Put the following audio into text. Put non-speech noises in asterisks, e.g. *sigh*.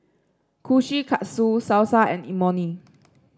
Kushikatsu Salsa and Imoni *noise*